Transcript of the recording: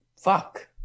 Fuck